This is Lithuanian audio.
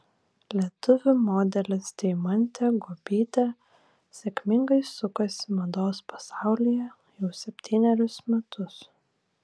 lietuvių modelis deimantė guobytė sėkmingai sukasi mados pasaulyje jau septynerius metus